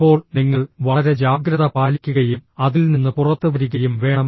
അപ്പോൾ നിങ്ങൾ വളരെ ജാഗ്രത പാലിക്കുകയും അതിൽ നിന്ന് പുറത്തുവരികയും വേണം